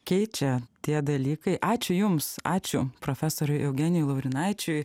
keičia tie dalykai ačiū jums ačiū profesoriui eugenijui laurinaičiui